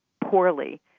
poorly